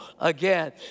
again